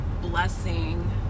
blessing